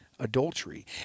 adultery